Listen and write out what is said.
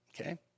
Okay